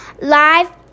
live